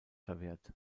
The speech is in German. verwehrt